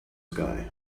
sky